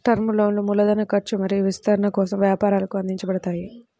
term లోన్లు మూలధన ఖర్చు మరియు విస్తరణ కోసం వ్యాపారాలకు అందించబడతాయి